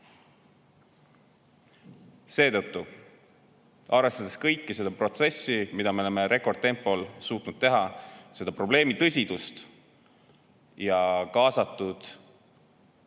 Seetõttu, arvestades kogu seda protsessi, millega me oleme rekordtempoga suutnud tegeleda, selle probleemi tõsidust ja kaasatud